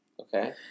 Okay